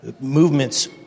movements